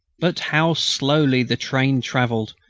but how slowly the train travelled,